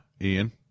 Ian